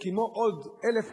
כמו עוד 1,000 כמוה,